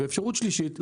ואפשרות שלישית,